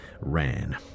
ran